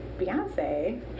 Beyonce